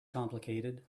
complicated